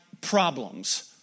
problems